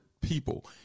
people